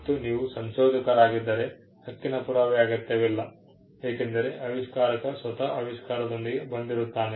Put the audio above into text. ಮತ್ತು ನೀವು ಸಂಶೋಧಕರಾಗಿದ್ದರೆ ಹಕ್ಕಿನ ಪುರಾವೆ ಅಗತ್ಯವಿಲ್ಲ ಏಕೆಂದರೆ ಆವಿಷ್ಕಾರಕ ಸ್ವತಃ ಆವಿಷ್ಕಾರದೊಂದಿಗೆ ಬಂದಿರುತ್ತಾರೆ